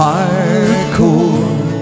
Hardcore